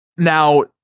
Now